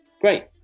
Great